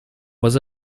was